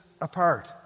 apart